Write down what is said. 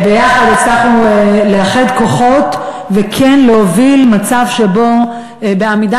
ביחד הצלחנו לאחד כוחות וכן להוביל מצב שבו עמידה